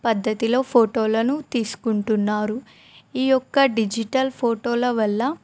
పద్ధతిలో ఫోటోలను తీసుకుంటున్నారు ఈ యొక్క డిజిటల్ ఫోటోల వల్ల